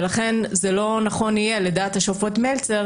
ולכן זה לא נכון יהיה לדעת השופט מלצר